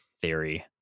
theory